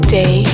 day